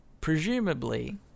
Presumably